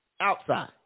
outside